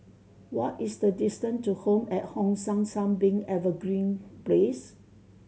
what is the distance to Home at Hong San Sunbeam Evergreen Place